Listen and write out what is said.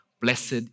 blessed